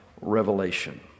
revelation